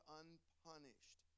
unpunished